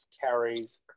carries